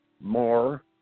more